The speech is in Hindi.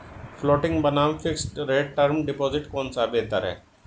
फ्लोटिंग बनाम फिक्स्ड रेट टर्म डिपॉजिट कौन सा बेहतर है?